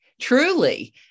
Truly